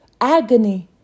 agony